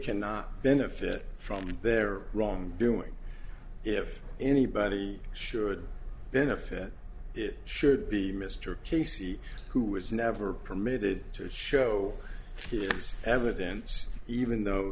cannot benefit from their wrong doing if anybody should benefit it should be mr casey who was never permitted to show his evidence even though